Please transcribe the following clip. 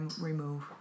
remove